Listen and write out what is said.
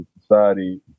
Society